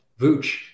Vooch